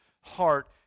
heart